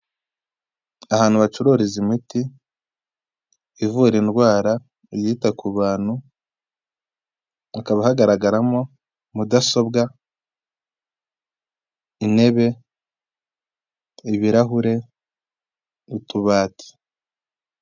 Ahantu bacururiza imiti ivura indwara, iyita ku bantu, hakaba hagaragaramo, mudasobwa intebe, ibirahure, utubati.